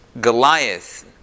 Goliath